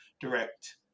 direct